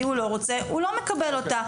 הוא לא רוצה - הוא לא מקבל אותה.